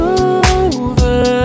over